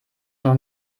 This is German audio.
noch